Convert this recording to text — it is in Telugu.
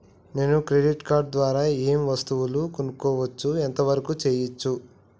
నేను క్రెడిట్ కార్డ్ ద్వారా ఏం వస్తువులు కొనుక్కోవచ్చు ఎంత వరకు చేయవచ్చు?